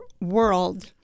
world